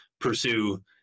pursue